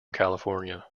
california